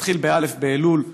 נתחיל בא' באלול,